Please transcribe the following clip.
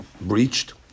breached